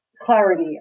clarity